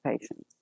patients